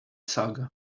saga